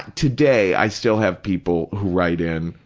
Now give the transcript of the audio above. today, i still have people who write in,